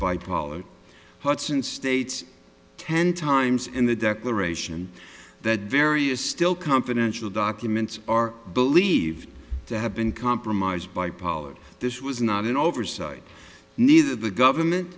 by pollard hudson states ten times in the declaration that various still confidential documents are believed to have been compromised by pollard this was not an oversight neither the government